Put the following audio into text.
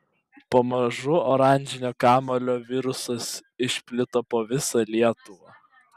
pamažu oranžinio kamuolio virusas išplito po visą lietuvą